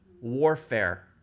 warfare